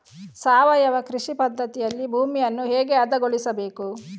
ಸಾವಯವ ಕೃಷಿ ಪದ್ಧತಿಯಲ್ಲಿ ಭೂಮಿಯನ್ನು ಹೇಗೆ ಹದಗೊಳಿಸಬೇಕು?